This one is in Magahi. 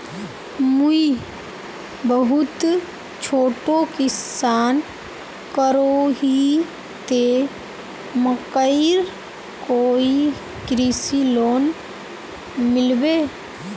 मुई बहुत छोटो किसान करोही ते मकईर कोई कृषि लोन मिलबे?